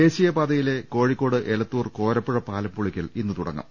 ദേശീയപാതയിലെ കോഴിക്കോട് എലത്തൂർ കോരപ്പുഴപാലം പൊളി ക്കൽ ഇന്ന് തുടങ്ങും